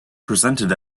presented